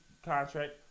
contract